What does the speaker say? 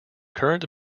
current